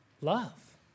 love